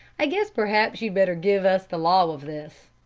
i guess perhaps you'd better give us the law of this.